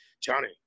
Johnny